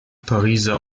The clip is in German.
pariser